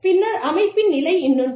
பின்னர் அமைப்பின் நிலை இன்னொன்று